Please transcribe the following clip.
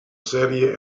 serie